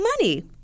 money